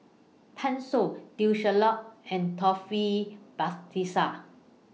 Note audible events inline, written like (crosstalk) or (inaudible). Pan Shou Teo Ser Luck and Taufik (unintelligible)